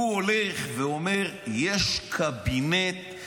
הוא הולך ואומר: יש קבינט,